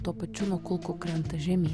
tuo pačiu nuo kulkų krenta žemyn